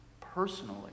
personally